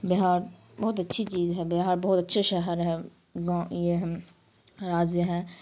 بہار بہت اچھی چیز ہے بہار بہت اچھے شہر ہے گاؤں یہ ہے راجیہ ہے